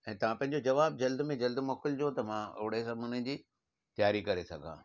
ऐं तव्हां पंहिंजो जवाबु जल्द में जल्द मोकिलिजो त मां ओड़े नमूने जी तयारी करे सघां